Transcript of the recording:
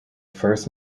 first